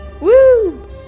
Woo